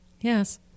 Yes